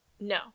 No